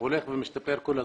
הולך ומשתפר כל הזמן.